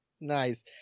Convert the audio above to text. nice